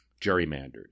gerrymandered